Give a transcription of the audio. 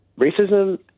Racism